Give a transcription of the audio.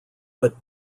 but